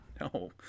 no